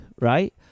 right